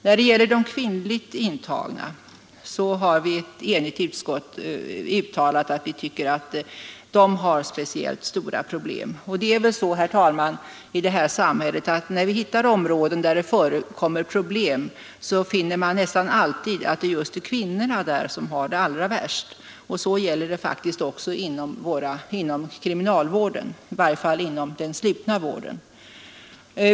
När det gäller intagna kvinnor har ett enigt utskott uttalat att speciellt stora problem föreligger för dessa. Om vi i detta samhälle hittar områden, där det förekommer problem, finner vi nästan alltid att just kvinnorna har det allra värst. Så gäller faktiskt även inom kriminalvården — i varje fall inom den slutna vården.